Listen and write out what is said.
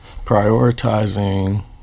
prioritizing